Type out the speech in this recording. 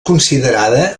considerada